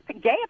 gay